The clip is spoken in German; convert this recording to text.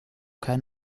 kein